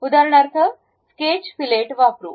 उदाहरणार्थ sketch fillet वापरू